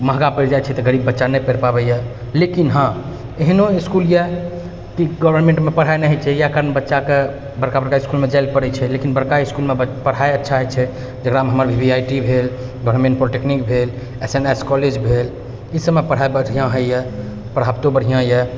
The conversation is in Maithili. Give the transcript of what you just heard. महगा पड़ि जाइ छै तऽ गरीब बच्चा नहि पढ़ि पाबैए लेकिन हँ एहनो इसकुल अइ की गवर्नमेन्टमे पढ़ाइ नहि होइ छै एहि कारण बच्चाके बड़का बड़का इसकुलमे जाइलए पड़ै छै लेकिन बरका स्कूलमे पढ़ाइ अच्छा होइ छै जकरा मे हमर भी आइ टी भेल गवर्नमेन्ट पॉलीटेक्निक भेल एस एन एस कॉलेज भेल ई सबमे पढ़ाइ बढ़िआँ होइए पढ़ाबितो बढ़िआँ अइ